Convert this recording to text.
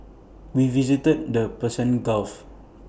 we visited the Persian gulf